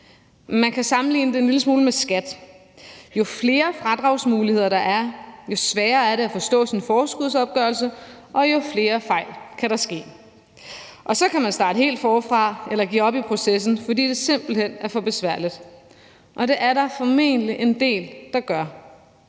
Man kan sammenligne en lille smule med skat. Jo flere fradragsmuligheder, der er, jo sværere er det at forstå sin forskudsopgørelse, og jo flere fejl kan der ske. Så kan man starte helt forfra eller give op i processen, fordi det simpelt hen er for besværligt, og det er der formentlig en del der gør.